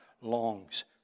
longs